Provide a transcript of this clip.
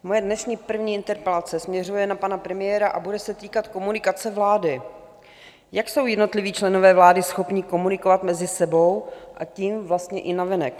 Moje dnešní první interpelace směřuje na pana premiéra a bude se týkat komunikace vlády jak jsou jednotliví členové vlády schopni komunikovat mezi sebou a tím vlastně i navenek.